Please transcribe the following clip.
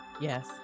Yes